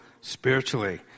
spiritually